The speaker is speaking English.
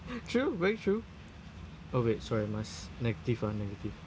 true very true oh wait sorry must negative ah negative